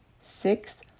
six